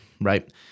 Right